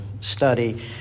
study